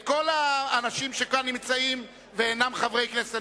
את כל האנשים שנמצאים כאן ואינם חברי כנסת.